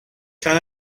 can